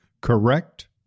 correct